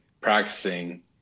practicing